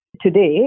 today